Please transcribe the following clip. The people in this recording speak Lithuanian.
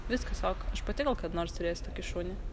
viskas ok aš pati gal kada nors turėsiu tokį šunį